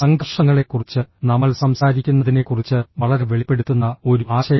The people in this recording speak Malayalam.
സംഘർഷങ്ങളെക്കുറിച്ച് നമ്മൾ സംസാരിക്കുന്നതിനെക്കുറിച്ച് വളരെ വെളിപ്പെടുത്തുന്ന ഒരു ആശയം